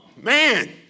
man